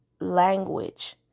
language